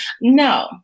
no